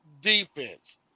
defense